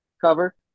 cover